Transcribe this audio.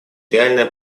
реальное